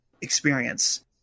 experience